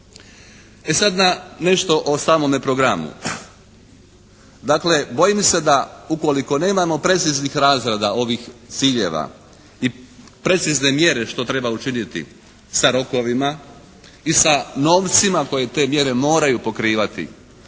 E sad na nešto o samome programu. Dakle, bojim se da ukoliko nemamo preciznih razrada ovih ciljeva i precizne mjere što treba učiniti sa rokovima i sa novcima koji te mjere moraju pokrivati,